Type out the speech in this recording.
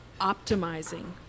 optimizing